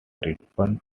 reference